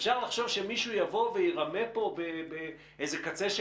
אפשר לחשוב שמישהו יבוא וירמה בקצה של